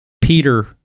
Peter